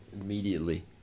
immediately